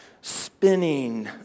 spinning